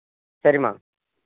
సరే అమ్మా